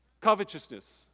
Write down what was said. covetousness